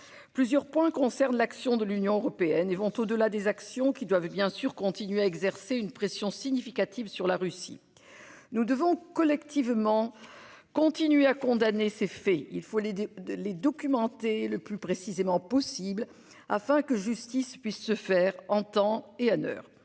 Plusieurs points concerne l'action de l'Union européenne et vont au-delà des actions qui doivent bien sûr continuer à exercer une pression significative sur la Russie. Nous devons collectivement continue à condamner ces faits, il faut l'aider les documenter le plus précisément possible afin que justice puisse se faire en temps et en heure.